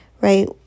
right